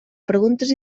preguntes